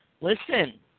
listen